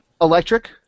electric